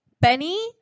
Benny